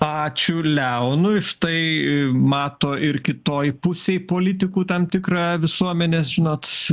ačiū leonui štai mato ir kitoj pusėj politikų tam tikrą visuomenės žinot